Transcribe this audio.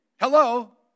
Hello